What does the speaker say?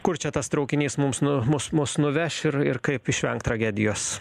kur čia tas traukinys mums nu mus mus nuveš ir ir kaip išvengt tragedijos